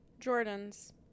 Jordans